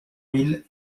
mille